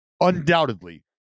undoubtedly